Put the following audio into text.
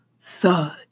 thud